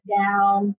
down